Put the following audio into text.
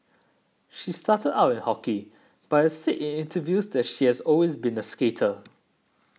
she started out in hockey but has said in interviews that she has always been a skater